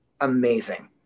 amazing